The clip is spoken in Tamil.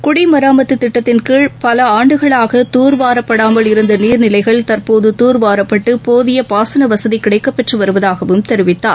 குடிமராமத்து திட்டத்தின்கீழ் பல ஆண்டுகளாக துர்வாரப்படாமல் இருந்த நீர்நிலைகள் தற்போது துர்வாரப்பட்டு போதிய பாசனவசதி கிடைக்கப்பெற்று வருவதாகவும் தெரிவித்தார்